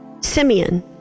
Simeon